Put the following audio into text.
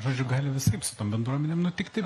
žodžiu gali visaip su tom bendruomenėm nutikti